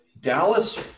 Dallas